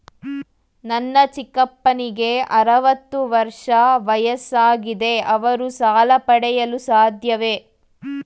ನನ್ನ ಚಿಕ್ಕಪ್ಪನಿಗೆ ಅರವತ್ತು ವರ್ಷ ವಯಸ್ಸಾಗಿದೆ ಅವರು ಸಾಲ ಪಡೆಯಲು ಸಾಧ್ಯವೇ?